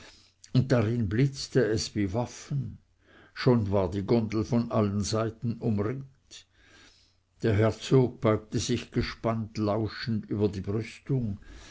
und darin blitzte es wie waffen schon war die gondel von allen seiten umringt der herzog beugte sich gespannt lauschend über die brüstung